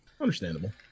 Understandable